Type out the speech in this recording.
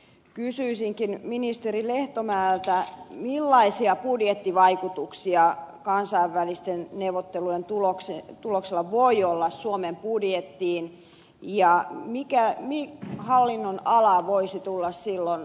kysyisinkin ministeri lehtomäeltä millaisia budjettivaikutuksia kansainvälisten neuvottelujen tuloksella voi olla suomen budjettiin ja mikä hallinnonala voisi lähinnä tulla silloin maksajaksi